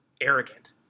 arrogant